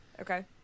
okay